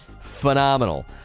phenomenal